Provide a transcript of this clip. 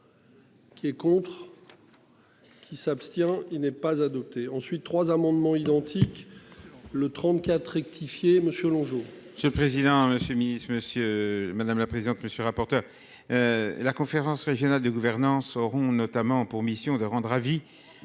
Qui est contre. Qui s'abstient. Il n'est pas adopté ensuite trois amendements identiques. Le 34 rectifié, monsieur, bonjour. Monsieur le président, monsieur Miss monsieur madame la présidente. Monsieur le rapporteur. La conférence régionale de gouvernance auront notamment pour mission de rendre avis